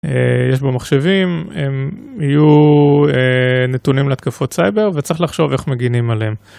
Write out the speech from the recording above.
יש בו מחשבים, הם יהיו נתונים להתקפות סייבר וצריך לחשוב איך מגינים עליהם.